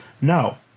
No